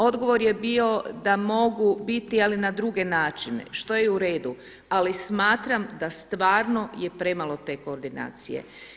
Odgovor je bio da mogu biti ali na drugi način, što je i uredu, ali smatram da je stvarno premalo te koordinacije.